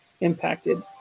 impacted